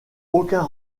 aucun